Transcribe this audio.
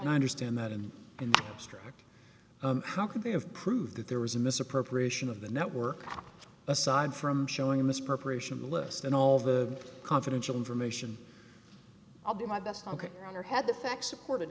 and i understand that and in the abstract how could they have proved that there is a misappropriation of the network aside from showing this preparation list and all the confidential information i'll do my best ok or had the facts supported